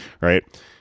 right